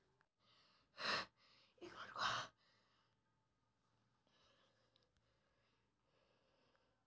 गेहूँ के लिए कितनी आद्रता होनी चाहिए?